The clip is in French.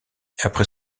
après